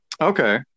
Okay